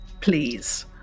please